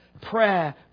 Prayer